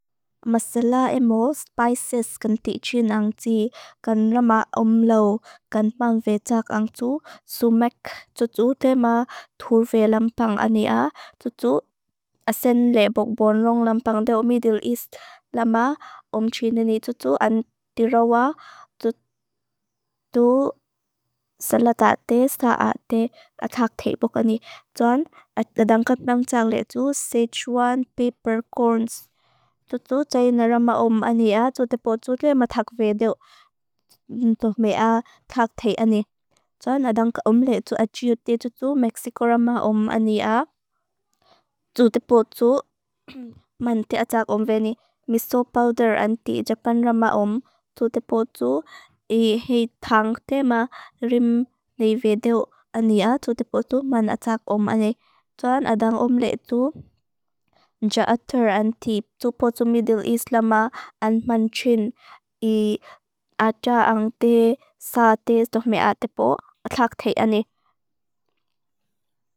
Masala emol, spices kan tijin ang tijin, kan rama omlaw, kan pang vetak ang tu sumek, tu tu te ma turve lampang ania, tu tu asen le bok bonlong lampang deo Middle East, rama om tijin ani, tu tu an tirawa, tu salatate, saate, atak te bok ani. Tuan, adangat meam tjang le tu, Sichuan peppercorns, tu tu tajina rama om ania, tu te potu le matak vedeo, tu mea tak te ani. Tuan, adangat om le tu, achiu te tu tu, Mexico rama om ania, tu te potu, man te atak om veni, miso powder anti, japan rama om, tu te potu, hei tang te ma rim le vedeo ania, tu te potu, man atak om ani. Tuan, adangat om le tu, ja atur anti, tu potu Middle East rama, an man tijin, aja an te saate, tu mea atak bok, atak te ani.